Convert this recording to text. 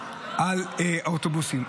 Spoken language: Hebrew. על האוטובוסים.